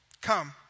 Come